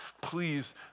please